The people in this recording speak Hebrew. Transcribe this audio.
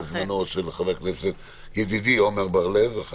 של חבר הכנסת ידידי עמר בר לב אחד